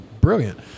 brilliant